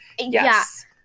Yes